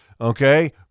Okay